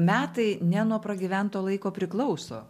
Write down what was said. metai ne nuo pragyvento laiko priklauso